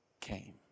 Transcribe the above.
came